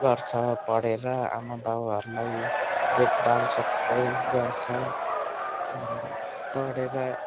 गर्छ पढेर आमाबाउहरूलाई देखभाल सबै गर्छ अन्त पढेर